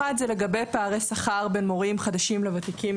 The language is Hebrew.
אחת היא לגבי פערי שכר בין מורים חדשים לוותיקים,